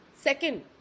second